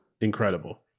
incredible